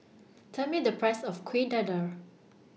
Tell Me The Price of Kuih Dadar